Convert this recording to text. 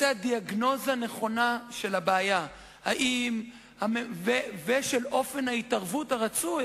דיאגנוזה נכונה של הבעיה ושל אופן ההתערבות הרצוי,